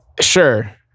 Sure